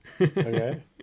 Okay